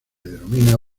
denomina